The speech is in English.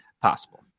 possible